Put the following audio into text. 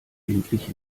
endlich